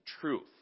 truth